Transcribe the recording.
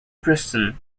preston